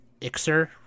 Ixer